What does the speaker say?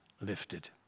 lifted